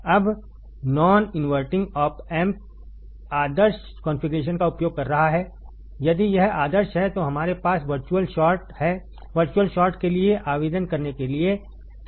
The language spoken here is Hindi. अब नॉन इनवर्टिंग आप एम्प आदर्श कॉन्फ़िगरेशन का उपयोग कर रहा है यदि यह आदर्श है तो हमारे पास वर्चुअल शॉर्ट के लिए आवेदन करने के लिए समान स्थितियां हैं